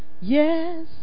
yes